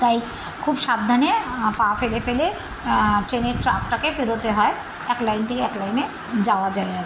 তাই খুব সাবধানে পা ফেলে ফেলে ট্রেনের ট্র্যাকটাকে পেরোতে হয় এক লাইন থেকে এক লাইনে যাওয়া যায় আর